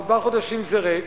ארבעה חודשים זה ריק.